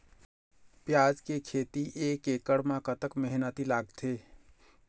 प्याज के खेती एक एकड़ म कतक मेहनती लागथे?